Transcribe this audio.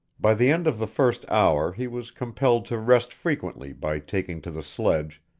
by the end of the first hour he was compelled to rest frequently by taking to the sledge,